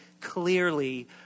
clearly